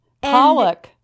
Pollock